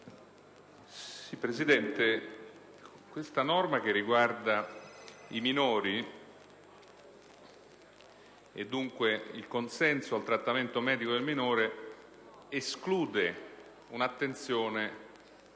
Presidente, questa norma che riguarda i minori e dunque il consenso al trattamento medico del minore esclude un'attenzione alla